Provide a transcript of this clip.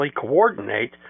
coordinate